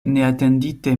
neatendite